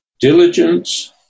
diligence